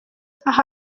aha